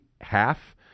half